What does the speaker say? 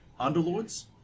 Underlords